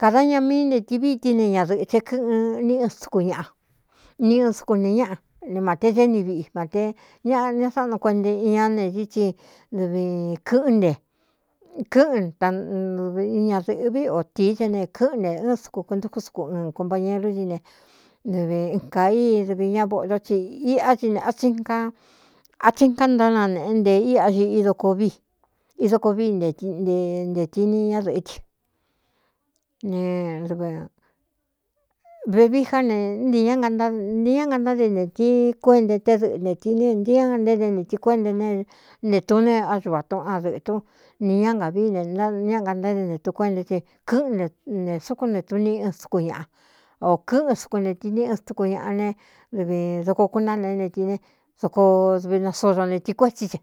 kāda ña mií nteti vîtín ne ñadɨ̄ꞌɨ̄ te kɨ́ꞌɨn ní n stuku ñaꞌa ni ɨn sɨku nee ñáꞌa ne māte téni viꞌi mate ñaꞌ ne sáꞌanu kuenta iña netíí tsi dɨvi kɨ́ꞌɨn nte kɨ́ꞌɨn taɨvi ñadɨ̄ꞌɨví o tīí te ne kɨ́ꞌɨn nte ɨn sɨku kuntúkún suku ɨɨn konpañerú tíí ne dɨvi n kaa i dɨvi ñá voꞌodó tsi iꞌá tsi ne ta tsi kántánanēꞌe nte íꞌa ñi idoko vii i doko vii nentee ntetini ñádɨ̄ꞌɨ́ ti nevevií já ne ntē ñá nte ñá ngantáde ne tí kuéꞌntae té dɨꞌɨ neti ne nté ñáa ntéé nté neti kuénte ne netuu nēé á ñuvā tún á dɨ̄ꞌɨ̄tún nī ñá ngavii ña gantáde netun kuénta tsi kɨ́ꞌɨn ne nte súkún netun ni ɨn suku ñaꞌa ō kɨ́ꞌɨn suku neti ní n stuku ñaꞌa ne dɨvi doko kuná neé neti ne doko dɨvi nasodo neti kuétsí tse.